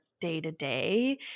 day-to-day